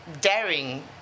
daring